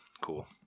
cool